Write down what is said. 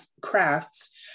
crafts